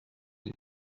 چیز